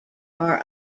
are